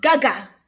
Gaga